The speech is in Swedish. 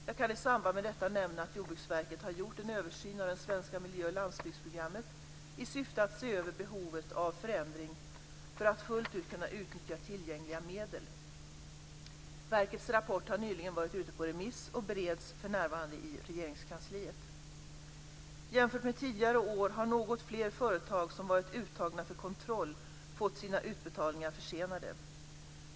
Jag kan i samband med detta nämna att Jordbruksverket har gjort en översyn av det svenska miljö och landsbygdsprogrammet i syfte att se över behovet av förändringar för att fullt ut kunna utnyttja tillgängliga medel. Verkets rapport har nyligen varit ute på remiss och bereds för närvarande i Regeringskansliet. Jämfört med tidigare år har något fler företag som varit uttagna för kontroll fått sina utbetalningar försenade.